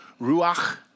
ruach